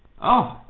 oh!